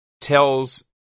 tells